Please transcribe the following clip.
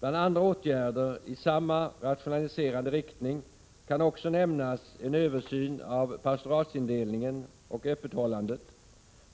Bland åtgärder i samma rationaliserande riktning kan också nämnas en översyn av pastoratsindelningen och öppethållandet